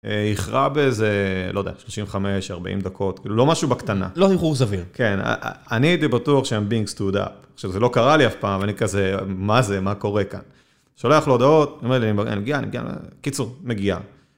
א...איחרה באיזה, לא יודע, 35-40 דקות, כאילו, לא משהו בקטנה. לא איחור סביר. כן, א-אני הייתי בטוח שאני being stood up. עכשיו זה לא קרה לי אף פעם, אני כזה, מה זה, מה קורה כאן? שולח לו הודעות, אומר לי, אני מגיע, אני מגיע... קיצור, מגיע.